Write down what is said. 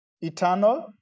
eternal